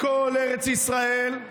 לכל ארץ ישראל,